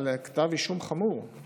עם כתב אישום חמור,